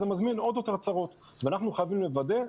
מזמין עוד יותר צרות ואנחנו חייבים לוודא,